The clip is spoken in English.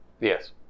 yes